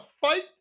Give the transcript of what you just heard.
fight